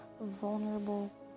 vulnerable